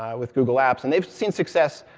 um with google apps, and they've seen success